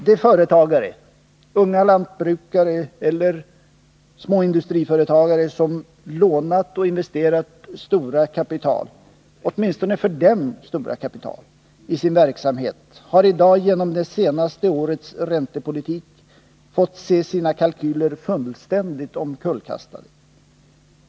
De företagare, unga lantbrukare eller småindustriföretagare som lånat och investerat åtminstone för dem mycket kapital i sin verksamhet har i dag genom det senaste årets räntepolitik fått se sina kalkyler fullständigt omkullkastade.